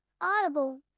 Audible